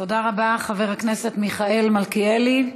תודה רבה, חבר הכנסת מיכאל מלכיאלי.